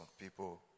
people